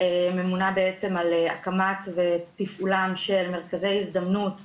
ממונה על הקמה ותפעול של מרכזי הזדמנות לתעסוקה,